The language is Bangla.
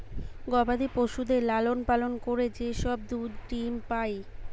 গবাদি পশুদের লালন পালন করে যে সব দুধ ডিম্ পাই